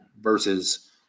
versus